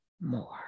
more